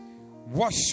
Wash